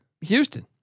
Houston